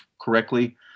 correctly